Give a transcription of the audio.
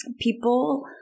people